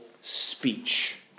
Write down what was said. speech